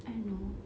I know